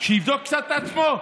שיבדוק קצת את עצמו.